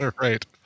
Right